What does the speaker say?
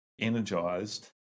energized